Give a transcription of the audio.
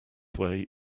way